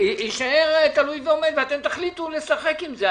יישאר תלוי ועומד ואתם תחליטו לשחק עם זה,